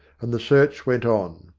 and the search went on.